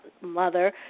mother